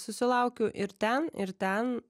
susilaukiu ir ten ir ten